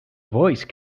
voice